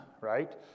right